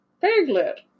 Piglet